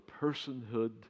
personhood